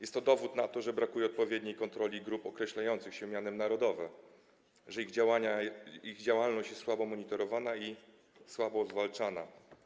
Jest to dowód na to, że brakuje odpowiedniej kontroli grup określających się mianem „narodowe”, że ich działalność jest słabo monitorowana i słabo zwalczana.